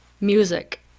music